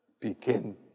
begin